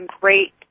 great